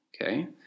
Okay